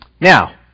Now